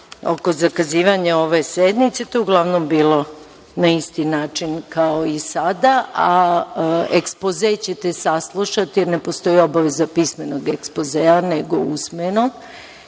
oko zakazivanja ove sednice, i to je uglavnom bilo na isti način kao i sada. Ekspoze ćete saslušati. Ne postoji obaveza pismenog ekspozea, nego usmeno.